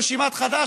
רשימת חד"ש,